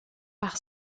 par